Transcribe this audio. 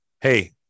Hey